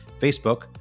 Facebook